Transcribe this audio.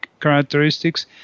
characteristics